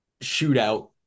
shootout